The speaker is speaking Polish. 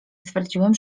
stwierdziłem